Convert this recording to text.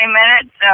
minutes